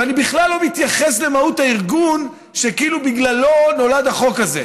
ואני בכלל לא מתייחס למהות הארגון שכאילו בגללו נולד החוק הזה.